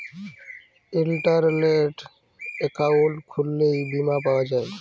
ইলটারলেট account খুইললেও বীমা পাউয়া যায়